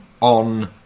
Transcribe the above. on